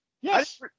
Yes